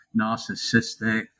narcissistic